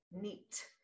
neat